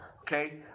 okay